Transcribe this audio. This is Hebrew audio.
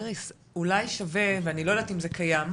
איריס, אולי שווה ואני לא יודעת אם זה קיים,